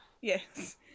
Yes